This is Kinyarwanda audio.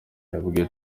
yabwiye